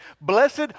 blessed